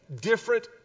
different